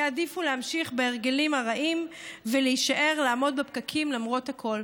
יעדיפו להמשיך בהרגלים הרעים ולהישאר לעמוד בפקקים למרות הכול.